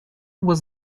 was